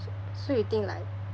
s~ so you think like